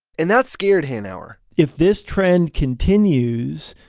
and that scared hanauer if this trend continues,